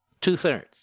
Two-thirds